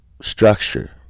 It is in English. structure